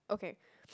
okay